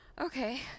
Okay